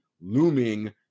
looming